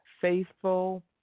faithful